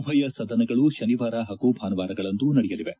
ಉಭಯ ಸದನಗಳು ಶನಿವಾರ ಹಾಗೂ ಭಾನುವಾರಗಳಂದೂ ನಡೆಯಲಿವೆ